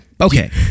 Okay